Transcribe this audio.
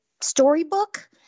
storybook